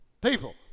People